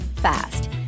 fast